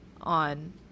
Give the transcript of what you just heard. on